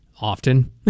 Often